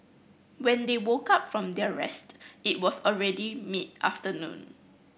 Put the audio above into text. when they woke up from their rest it was already mid afternoon